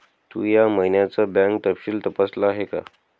तू या महिन्याचं बँक तपशील तपासल आहे का?